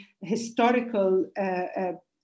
historical